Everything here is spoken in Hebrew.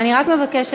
אני רק מבקשת,